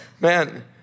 man